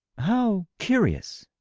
how, curious?